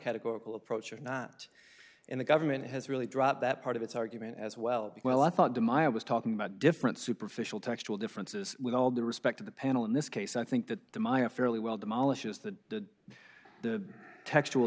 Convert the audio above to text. categorical approach or not and the government has really dropped that part of its argument as well well i thought to my i was talking about different superficial textual differences with all due respect to the panel in this case i think that the maya fairly well demolishes to the textual